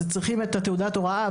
אז צריכים את התעודת הוראה,